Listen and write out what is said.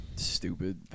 Stupid